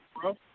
bro